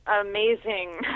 amazing